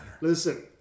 Listen